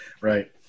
Right